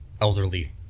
elderly